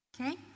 okay